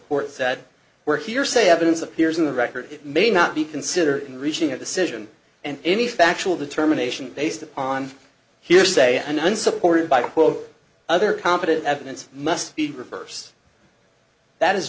court said were here say evidence appears in the record it may not be consider in reaching a decision and any factual determination based on hearsay and unsupported by a quote other competent evidence must be reverse that is